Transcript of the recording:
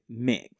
mick